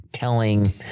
Telling